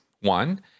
One